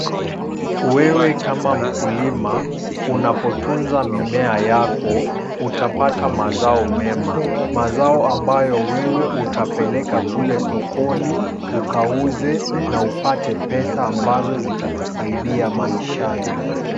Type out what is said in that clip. Wewe kama mkulima, unapotunza mimea yako, utapata mazao mema. Mazao ambayo wewe utapeleka kule sokoni ukauze na upate pesa ambazo zitakusaidia maishani.